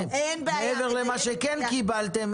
מעבר למה שכן קיבלתם,